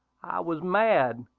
i was mad,